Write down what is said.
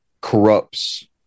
corrupts